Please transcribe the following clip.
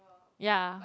ya